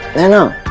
naina.